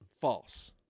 False